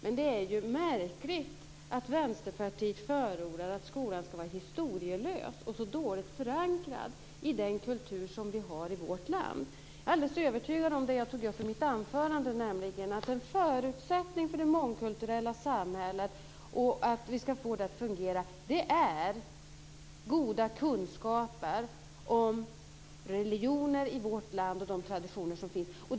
Men det är ju märkligt att Vänsterpartiet förordar att skolan ska vara historielös och så dåligt förankrad i den kultur som vi har i vårt land. Jag är alldeles övertygad om det som jag tog upp i mitt anförande, nämligen att en förutsättning för att vi ska få det mångkulturella samhället att fungera är goda kunskaper om religionen och traditionerna i vårt land.